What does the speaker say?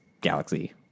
galaxy